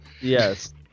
Yes